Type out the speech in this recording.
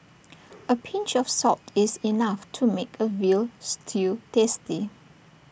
A pinch of salt is enough to make A Veal Stew tasty